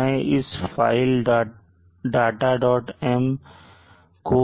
मैं इस file datam को